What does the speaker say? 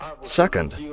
Second